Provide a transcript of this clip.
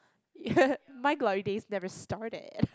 my glory days never started